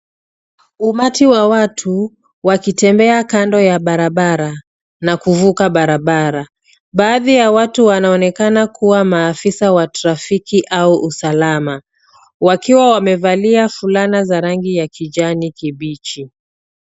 Umati wa watu wakitembea kando ya barabara na kuvuka barabara. Baadhi ya watu wanaonekana kuwa maafisa wa trafiki au usalama wakiwa wamevalia fulana za rangi ya kijani kibichi.